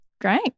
Great